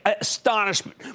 astonishment